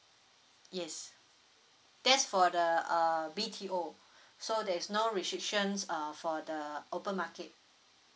yes that's for the uh B_T_O so there is no restrictions err for the open market